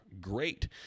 Great